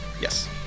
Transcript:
Yes